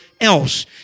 else